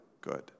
good